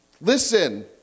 Listen